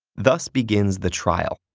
thus begins the trial,